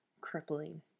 crippling